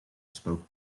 spoke